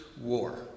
war